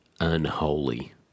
unholy